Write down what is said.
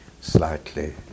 slightly